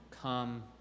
come